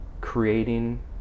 creating